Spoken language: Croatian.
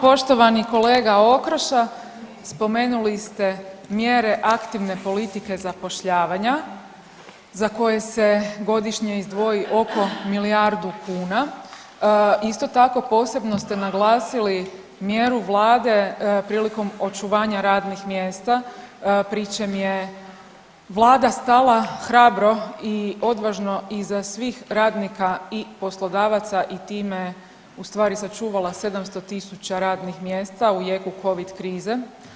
Poštovani kolega Okroša, spomenuli ste mjere aktivne politike zapošljavanja za koje se godišnje izdvoji oko milijardu kuna, isto tako posebno ste naglasili mjeru vlade prilikom očuvanja radnih mjesta pri čem je vlada stala hrabro i odvažno iza svih radnika i poslodavaca i time ustvari sačuvala 700.000 radnih mjesta u jeku covid krize.